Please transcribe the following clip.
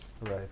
Right